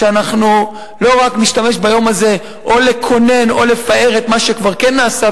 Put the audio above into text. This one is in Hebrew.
שאנחנו לא רק נשתמש ביום הזה כדי לקונן או לפאר את מה שכבר כן נעשה,